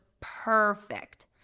perfect